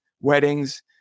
weddings